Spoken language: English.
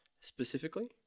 specifically